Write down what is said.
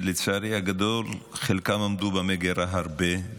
שלצערי הגדול חלקן עמדו במגירה הרבה,